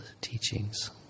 teachings